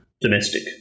domestic